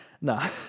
nah